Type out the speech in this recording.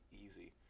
easy